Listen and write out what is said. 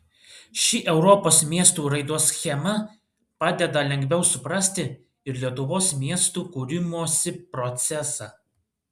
ši europos miestų raidos schema padeda lengviau suprasti ir lietuvos miestų kūrimosi procesą